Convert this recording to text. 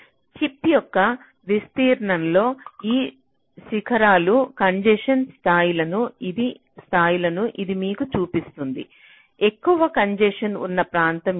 chip యొక్క విస్తీర్ణంలో ఈ శిఖరాలు కంజెషన్ స్థాయిలను ఇది మీకు చూపిస్తుంది ఎక్కువ కంజెసెన్ ఉన్న ప్రాంతం ఉంది